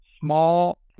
small